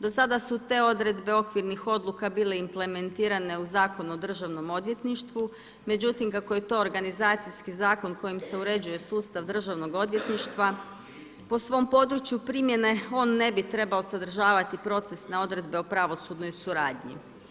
Do sada su te odredbe okvirnih odluka bile implementirane u Zakon o državnom odvjetništvu, međutim kako je to organizacijski zakon kojim se uređuje sustav državnog odvjetništva, po svom području primjene on ne bi trebao sadržavati procesne odredbe o pravosudnoj suradnji.